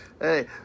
Hey